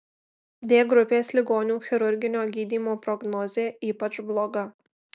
d grupės ligonių chirurginio gydymo prognozė ypač bloga